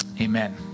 Amen